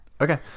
Okay